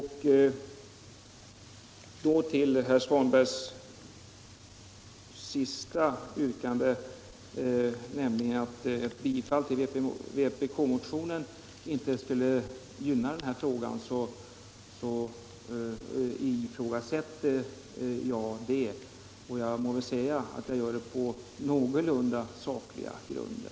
Herr Svanbergs senaste yttrande, om att ett bifall till vpk-motionen inte skulle gynna frågan, ifrågasätter jag. Jag måste säga att jag gör det på någorlunda sakliga grunder.